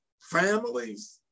families